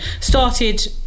started